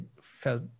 felt